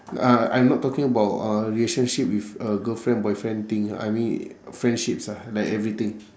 ah I'm not talking about a relationship with a girlfriend boyfriend thing I mean friendships ah like everything